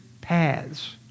paths